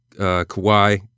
Kawhi